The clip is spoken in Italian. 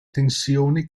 tensioni